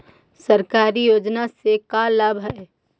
सरकारी योजना से का लाभ है?